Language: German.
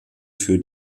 für